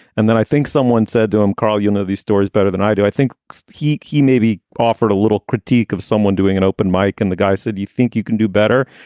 and then i think someone said to him, carl, you know these stories better than i do. i think he he maybe offered a little critique of someone doing an open mike. and the guy said, you think you can do better?